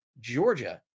Georgia